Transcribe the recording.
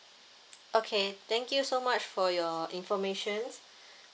okay thank you so much for your informations